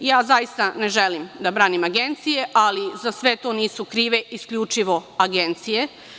Ja, zaista, ne želim da branim agencije, ali za sve to nisu krive isključivo agencije.